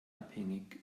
abhängig